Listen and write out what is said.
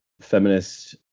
feminist